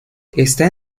está